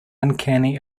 uncanny